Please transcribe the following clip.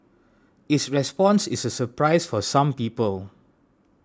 its response is a surprise for some people